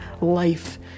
life